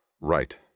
Right